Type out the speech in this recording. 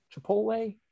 Chipotle